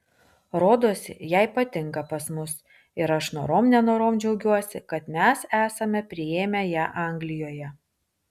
rodosi jai patinka pas mus ir aš norom nenorom džiaugiuosi kad mes esame priėmę ją anglijoje